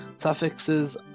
Suffixes